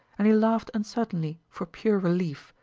and he laughed uncertainly for pure relief,